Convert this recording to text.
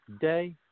day